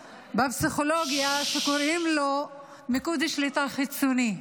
יש מושג בפסיכולוגיה שקוראים לו "מיקוד שליטה חיצוני".